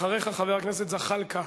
אחריך, חבר הכנסת זחאלקה,